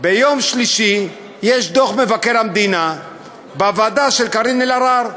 ביום שלישי יש דוח מבקר המדינה בוועדה של קארין אלהרר,